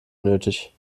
nötig